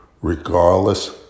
regardless